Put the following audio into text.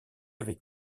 avec